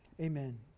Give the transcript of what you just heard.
Amen